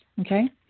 Okay